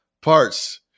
Parts